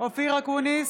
אופיר אקוניס,